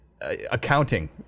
accounting